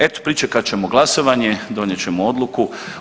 Eto, pričekat ćemo glasovanje, donijet ćemo odluku.